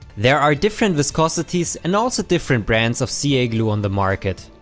there are different viscosities and also different brands of ca glue on the market.